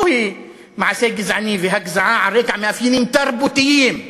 היא מעשה גזעני והגזעה על רקע מאפיינים תרבותיים.